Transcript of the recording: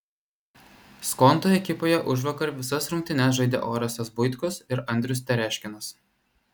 skonto ekipoje užvakar visas rungtynes žaidė orestas buitkus ir andrius tereškinas